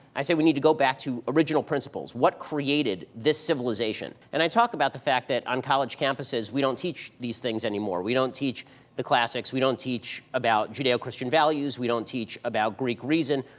i say we need to go back to original principles, what created this civilization. and i talk about the fact that on college campuses, we don't teach these things anymore. we don't teach the classics, we don't teach about judeo-christian values, we don't teach about greek reason.